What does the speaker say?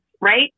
right